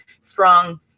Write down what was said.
strong